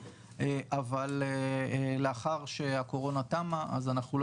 אבל לאחר שהקורונה תמה אז אנחנו לא